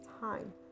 time